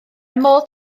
modd